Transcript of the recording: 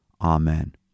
Amen